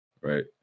Right